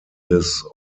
des